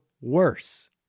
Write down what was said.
worse